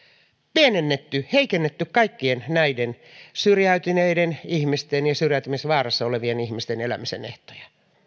pienennetty heikennetty kaikkien näiden syrjäytyneiden ihmisten ja syrjäytymisvaarassa olevien ihmisten elämisen ehtoja